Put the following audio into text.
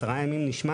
ולכן 10 ימים נשמע